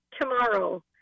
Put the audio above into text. tomorrow